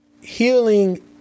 healing